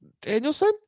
Danielson